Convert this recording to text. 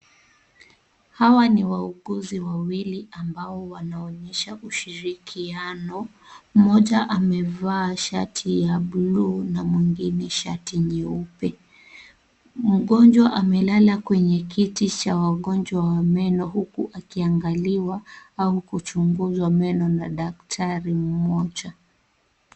Hawa ni wauguzi wawili ambao wanaonyesha ushirikiano. Mmoja amevaa shati ya buluu na mwingine shati nyeupe . Mgonjwa amelala kwenye kiti cha wagonjwa wa meno huku akiangaliwa au kuchunguzwa meno na daktari mmoja.